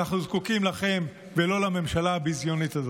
אנחנו זקוקים לכם ולא לממשלה הביזיונית הזאת.